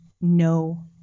no